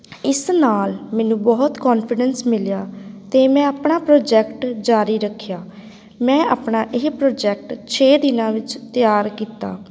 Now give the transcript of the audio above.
ਇਸ ਨਾਲ ਮੈਨੂੰ ਬਹੁਤ ਕੋਨਫੀਡੈਂਸ ਮਿਲਿਆ ਅਤੇ ਮੈਂ ਆਪਣਾ ਪ੍ਰੋਜੈਕਟ ਜ਼ਾਰੀ ਰੱਖਿਆ ਮੈਂ ਆਪਣਾ ਇਹ ਪ੍ਰੋਜੈਕਟ ਛੇ ਦਿਨਾਂ ਵਿੱਚ ਤਿਆਰ ਕੀਤਾ